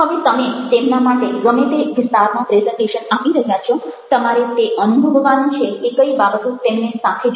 હવે તમે તેમના માટે ગમે તે વિસ્તારમાં પ્રેઝન્ટેશન આપી રહ્યા છો તમારે તે અનુભવવાનું છે કે કઈ બાબતો તેમને સાથે જોડે છે